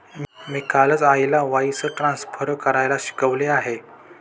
मी कालच आईला wires transfer करायला शिकवले आहे